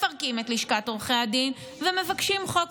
מפרקים את לשכת עורכי הדין ומבקשים חוק